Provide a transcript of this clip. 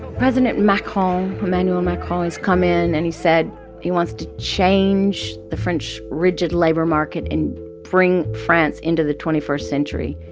president macron, emmanuel macron, has come in, and he said he wants to change the french rigid labor market and bring france into the twenty first century.